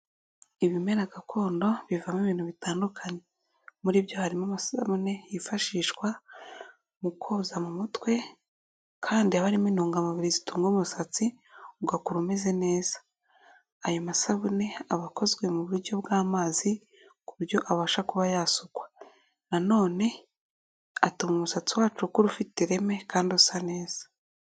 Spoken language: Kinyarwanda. Ibimera gakondo bivamo ibintu bitandukanye; muri byo harimo amasabune yifashishwa mu koza mu mutwe, kandi haba harimo intungamubiri zitunga umusatsi ugakura umeze neza. Ayo masabune aba akozwe mu buryo bw'amazi, ku buryo abasha kuba yasukwa. Nanone atuma umusatsi wacu ukura ufite ireme kandi usa neza.